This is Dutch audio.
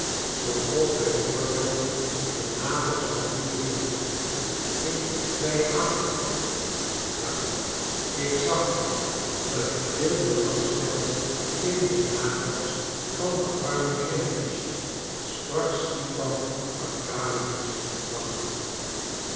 bij voorbeeld de nagels van dien heer dien ik bij je aantrof ja ik zag wel dat je veel belangstelde in de nagels van den armen grinewitsch sprak stipan arkadiewitsch lachend